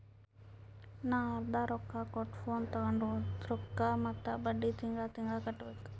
ನಾ ಅರ್ದಾ ರೊಕ್ಕಾ ಕೊಟ್ಟು ಫೋನ್ ತೊಂಡು ಉಳ್ದಿದ್ ರೊಕ್ಕಾ ಮತ್ತ ಬಡ್ಡಿ ತಿಂಗಳಾ ತಿಂಗಳಾ ಕಟ್ಟಬೇಕ್